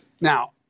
Now